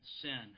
sin